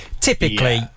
typically